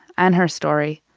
and her story.